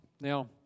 Now